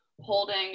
holding